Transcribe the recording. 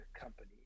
company